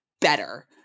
better